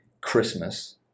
Christmas